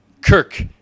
Kirk